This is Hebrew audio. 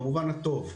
במובן הטוב,